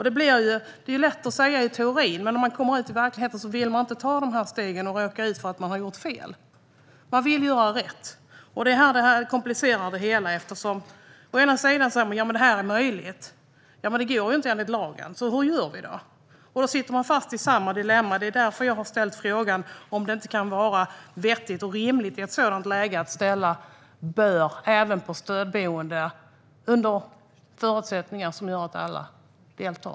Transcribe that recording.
Detta är lätt att säga i teorin, men om man kommer ut i verkligheten vill man inte ta de här stegen och råka ut för att erfara att man har gjort fel. Man vill göra rätt. Det här komplicerar det hela: Å ena sidan sägs det att det här är möjligt, å andra sidan går det inte enligt lagen. Hur gör vi då? Då sitter man fast i samma dilemma. Det är därför jag har ställt frågan om det i ett sådant läge inte kan vara vettigt och rimligt att ha ett "bör" även för stödboende under förutsättningar som gör att alla deltar.